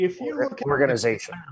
organization